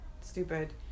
stupid